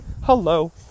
Hello